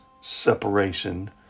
separation